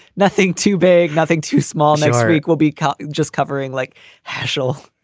nothing too vague, nothing too small. next week we'll be just covering like hatchell.